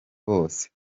bose